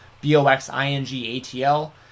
B-O-X-I-N-G-A-T-L